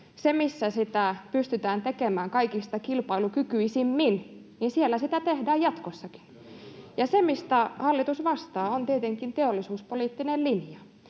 missä sitä pystytään tekemään kaikista kilpailukykyisimmin, sitä tehdään jatkossakin. Se, mistä hallitus vastaa, on tietenkin teollisuuspoliittinen linja,